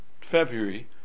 February